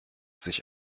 sich